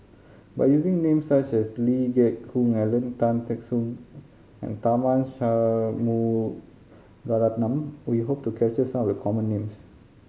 by using names such as Lee Geck Hoon Ellen Tan Teck Soon and Tharman Shanmugaratnam we hope to capture some of the common names